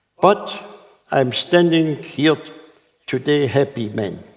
but i'm standing here today a happy man,